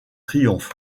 triomphe